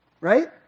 Right